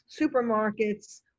supermarkets